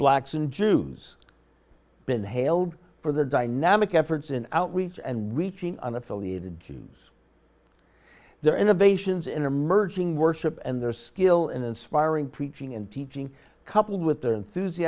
blacks and jews been hailed for the dynamic efforts and outreach and reaching an affiliated jews there innovations in emerging worship and their skill in inspiring preaching and teaching coupled with the suzy